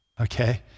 okay